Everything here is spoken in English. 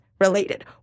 related